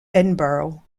edinburgh